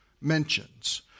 mentions